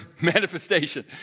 manifestation